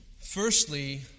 firstly